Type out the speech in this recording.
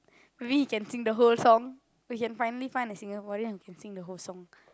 maybe he can sing the whole song we can finally find a Singaporean who can sing the whole song